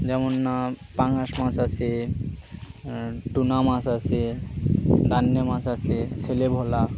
যেমন না পাঙাশ মাছ আছে টুনা মাছ আছে দান্ডে মাছ আছে ছেলে ভোলা